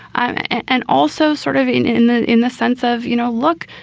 and also sort of in in the in the sense of, you know, look,